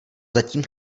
zatím